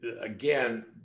again